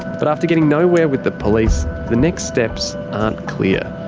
but after getting nowhere with the police, the next steps aren't clear.